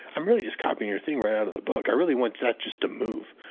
i'm really just copying your thing right out of the book. i really want that just to move.